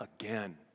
again